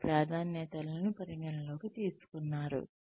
వారి ప్రాధాన్యతలను పరిగణనలోకి తీసుకున్నారు